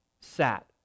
sat